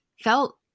felt